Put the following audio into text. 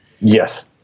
Yes